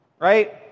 Right